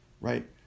right